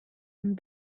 and